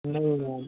ਨਹੀਂ ਮੈਮ